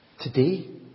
Today